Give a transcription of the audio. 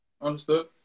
Understood